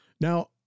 Now